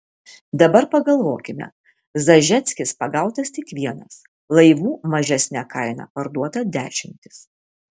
dabar pagalvokime zažeckis pagautas tik vienas laivų mažesne kaina parduota dešimtys